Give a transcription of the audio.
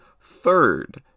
third